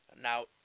Now